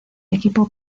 equipo